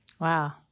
Wow